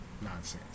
nonsense